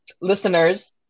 Listeners